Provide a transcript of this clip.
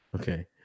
Okay